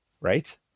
right